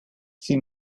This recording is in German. sie